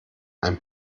ein